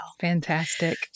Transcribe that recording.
Fantastic